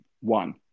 one